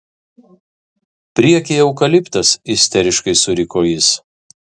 priekyje eukaliptas isteriškai suriko jis